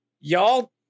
y'all